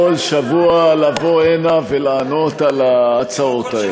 כל שבוע לבוא הנה ולענות על ההצעות האלה?